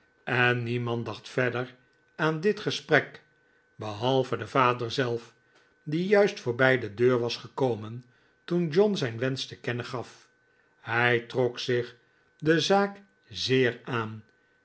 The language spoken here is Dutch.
en niemand dacht verder aan dit gesprek behalve de vader zelf die juist voorbij de deur was gekomen toen john zijn wensch te kennen gaf hij trok zich de zaak zeer aan